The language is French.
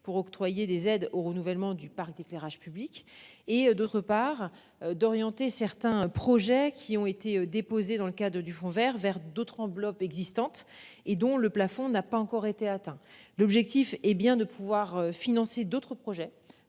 pour octroyer des aides au renouvellement du parc d'éclairage public et d'autre part d'orienter certains projets qui ont été déposées dans le cas de du vers, vers d'autres enveloppes existantes et dont le plafond n'a pas encore été atteint. L'objectif est bien de pouvoir financer d'autres projets